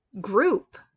group